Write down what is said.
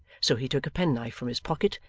so he took a penknife from his pocket,